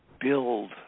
build